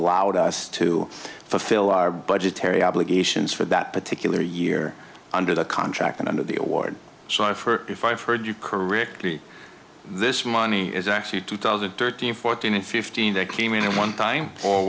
allowed us to fulfill our budgetary obligations for that particular year under the contract and under the award so i for if i've heard you correctly this money is actually two thousand and thirteen fourteen and fifteen that came in at one time or